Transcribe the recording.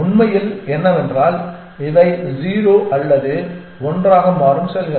உண்மையில் என்னவென்றால் இவை 1 அல்லது 0 ஆக மாறும் செல்கள்